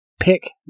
Pick